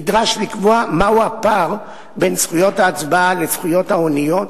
נדרש לקבוע מהו הפער בין זכויות ההצבעה לזכויות ההוניות,